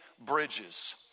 bridges